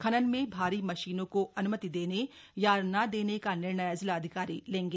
खनन में भारी मशीनों को अनुमति देने या ना देने का निर्णय जिलाधिकारी लेंगे